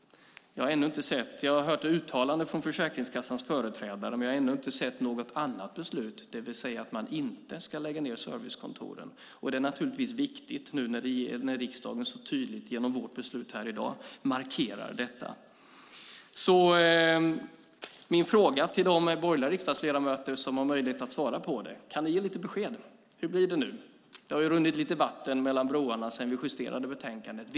Jag har hört uttalanden från Försäkringskassans företrädare, men jag har ännu inte sett något annat beslut, det vill säga att man inte ska lägga ned servicekontoren. Det är naturligtvis viktigt nu när vi i riksdagen så tydligt, genom vårt beslut här, markerar detta. Jag har en fråga till de borgerliga riksdagsledamöter som har möjlighet att svara: Kan ni ge lite besked? Hur blir det nu? Det har ju runnit lite vatten under broarna sedan vi justerade betänkandet.